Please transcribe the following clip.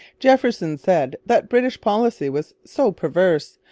jefferson said that british policy was so perverse,